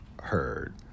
heard